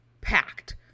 packed